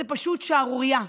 זו פשוט שערורייה.